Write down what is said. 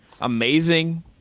amazing